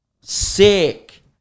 sick